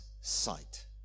sight